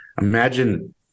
imagine